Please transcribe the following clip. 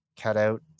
cutout